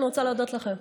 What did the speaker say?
אני רוצה להודות לכם.